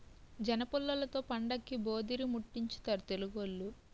జనపుల్లలతో పండక్కి భోధీరిముట్టించుతారు తెలుగోళ్లు